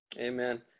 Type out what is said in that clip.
Amen